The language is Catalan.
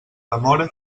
demora